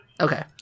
Okay